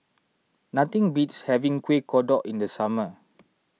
nothing beats having Kuih Kodok in the summer